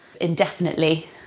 indefinitely